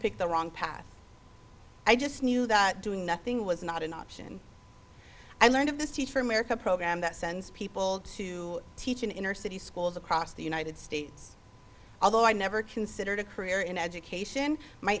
pick the wrong path i just knew that doing nothing was not an option i learned of the teach for america program that sends people to teach in inner city schools across the united states although i never considered a career in education my